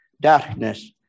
darkness